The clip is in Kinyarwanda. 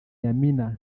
yamina